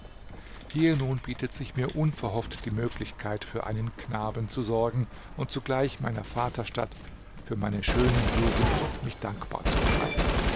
hier nun bietet sich mir unverhofft die möglichkeit für einen knaben zu sorgen und zugleich meiner vaterstadt für meine schöne jugend mich dankbar zu zeigen